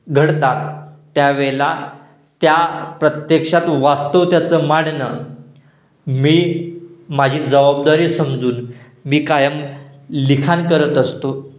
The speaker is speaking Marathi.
घडतात त्यावेळेला त्या प्रत्यक्षात वास्तव त्याचं मांडणं मी माझी जबाबदारी समजून मी कायम लिखाण करत असतो